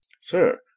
sir